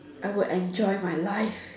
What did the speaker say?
I would enjoy my life